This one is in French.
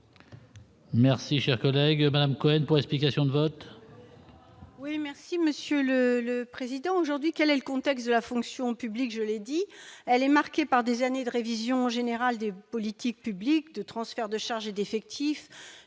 Merci, cher collègue Madame Cohen pour explication de vote. Oui, merci Monsieur le le président aujourd'hui elle elle. Contexte de la fonction publique, je l'ai dit, elle est marquée par des années de révision générale de politiques publiques de transfert de charges et d'effectifs,